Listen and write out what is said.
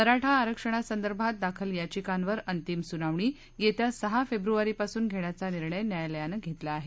मराठा आरक्षणा संदर्भात दाखल याचिकांवर अंतिम सुनावणी येत्या सहा फेब्र्वारीपासून घेण्याचा निर्णय न्यायालयानं घेतला आहे